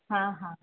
हा हा